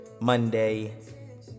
Monday